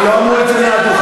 הם לא אמרו את זה מהדוכן,